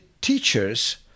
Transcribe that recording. teachers